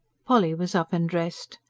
polly was up and dressed.